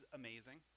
amazing